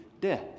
death